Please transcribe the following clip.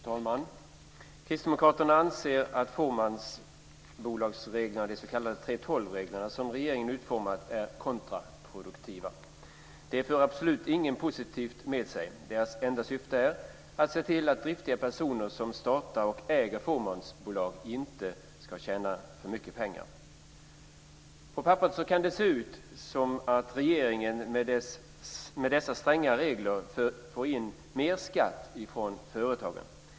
Fru talman! Kristdemokraterna anser att fåmansbolagsreglerna, de s.k. 3:12-regler som regeringen utformat, är kontraproduktiva. De för absolut inget positivt med sig. Deras enda syfte är att se till att driftiga personer som startar och äger fåmansbolag inte ska tjäna för mycket pengar. På papperet kan det se ut som att regeringen med dessa stränga regler får in mer skatt från företagen.